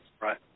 Right